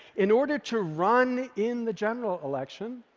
in order to run in the general election,